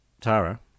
Tara